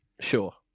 Sure